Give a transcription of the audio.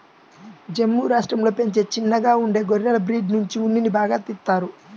జమ్ము రాష్టంలో పెంచే చిన్నగా ఉండే గొర్రెల బ్రీడ్ నుంచి ఉన్నిని బాగా తీత్తారు